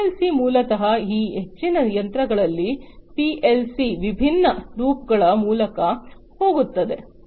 PLC ಮೂಲತಃ ಈ ಹೆಚ್ಚಿನ ಯಂತ್ರಗಳಲ್ಲಿ ಪಿಎಲ್ಸಿ ವಿಭಿನ್ನ ಲೂಪ್ಗಳ ಮೂಲಕ ಹೋಗುತ್ತದೆ